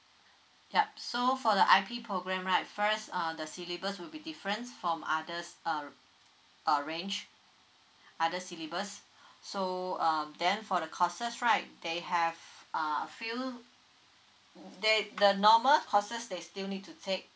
ya so for the I_P program right first uh the syllabus will be different from others uh r~ uh range other syllabus so um then for the courses right they have uh a few they the normal courses they still need to take